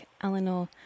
Eleanor